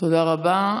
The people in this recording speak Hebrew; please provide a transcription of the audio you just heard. תודה רבה.